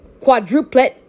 quadruplet